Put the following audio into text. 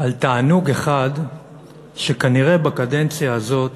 על תענוג אחד שכנראה בקדנציה הזאת